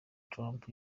trump